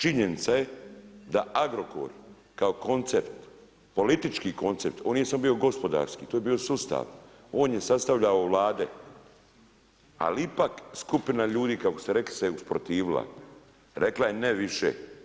Činjenica je da Agrokor kao koncern, politički koncern, on nije bio samo gospodarski, to je bio sustav, on je sastavljao Vlade ali ipak skupina ljudi kako ste rekli se usprotivila, rekla je ne više.